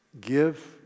give